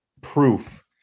proof